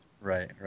Right